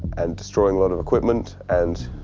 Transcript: and destroying a lot of equipment and,